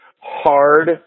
hard